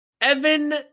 evan